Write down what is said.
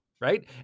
right